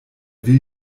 will